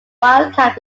wildcat